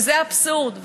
וזה אבסורד.